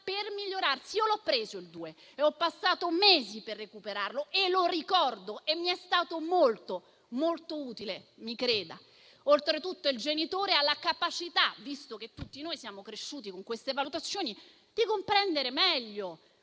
per migliorarsi. Io l'ho preso un 2, ho passato mesi per recuperarlo e lo ricordo. Mi è stato molto molto utile, mi creda. Oltretutto il genitore ha la capacità, visto che tutti noi siamo cresciuti con queste valutazioni, di comprendere meglio